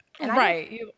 right